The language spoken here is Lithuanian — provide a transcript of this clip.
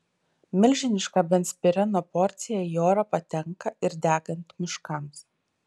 milžiniška benzpireno porcija į orą patenka ir degant miškams